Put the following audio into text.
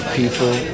people